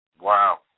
Wow